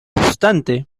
obstante